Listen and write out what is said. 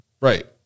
right